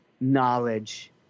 knowledge